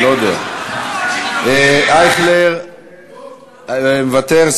אייכלר, מוותר.